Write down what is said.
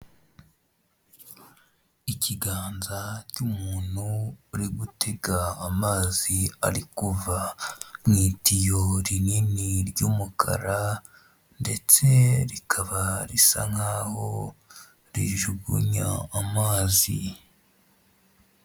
Ikiganza cy'umuntu uri gutega amazi ari kuva mu itiyo rinini ry'umukara ndetse rikaba risa nk'aho rijugunya amazi.